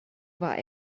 war